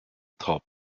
top